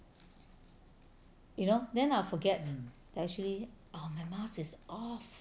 you know then I forget that actually oh my mask is off